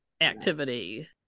activity